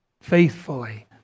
Faithfully